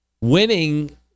winning